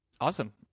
Awesome